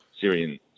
Syrian